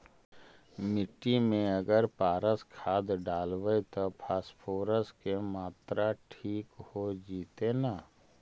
मिट्टी में अगर पारस खाद डालबै त फास्फोरस के माऋआ ठिक हो जितै न?